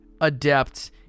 adept